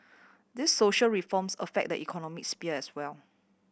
these social reforms affect the economic sphere as well